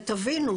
ותבינו,